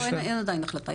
יש החלטה?